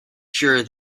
sure